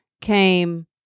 came